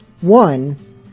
one